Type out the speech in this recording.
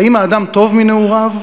האם האדם טוב מנעוריו?